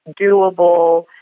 doable